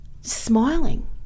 smiling